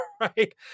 right